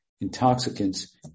intoxicants